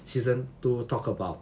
season two talk about